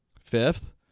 Fifth